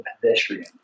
pedestrian